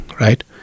right